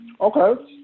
Okay